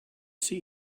see